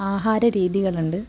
ആഹാര രീതികളുണ്ട്